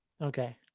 Okay